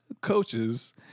coaches